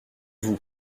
vous